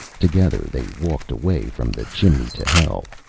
together they walked away from the chimney to hell,